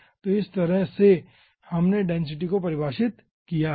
तो इस तरह से हमने डेंसिटी को परिभाषित किया है